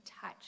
touch